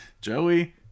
Joey